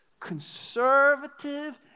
conservative